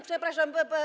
Przepraszam.